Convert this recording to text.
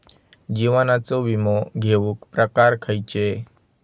जीवनाचो विमो घेऊक प्रकार खैचे?